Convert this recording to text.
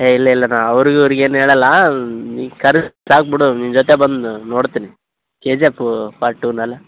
A ಇಲ್ಲ ಇಲ್ಲ ನಾ ಅವರು ಇವ್ರಿಗೇನು ಹೇಳಲ್ಲಾ ನೀ ಕರದ್ದು ಸಾಕು ಬಿಡು ನಿನ್ನ ಜೊತೆ ಬಂದು ನೋಡ್ತೀನಿ ಕೆ ಜಿ ಎಪ್ಪು ಪಾರ್ಟ್ ಟುನಲ್ಲ